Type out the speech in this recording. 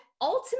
ultimately